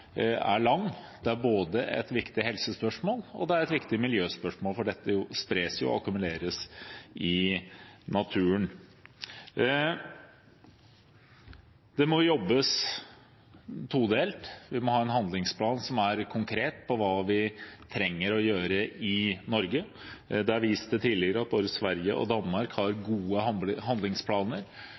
er lang. Det er både et viktig helsespørsmål og et viktig miljøspørsmål, for dette spres jo og akkumuleres i naturen. Det må jobbes todelt. Vi må ha en handlingsplan som er konkret på hva vi trenger å gjøre i Norge. Det er vist til tidligere at både Sverige og Danmark har gode handlingsplaner.